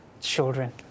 children